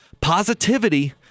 Positivity